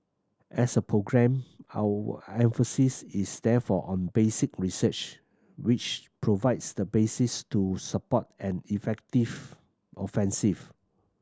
as a programme our emphasis is therefore on basic research which provides the basis to support an effective offensive